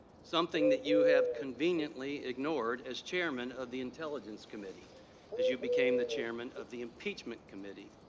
something that you have conveniently ignored as chairman of the intelligence committee as you became the chairman of the impeachment committee.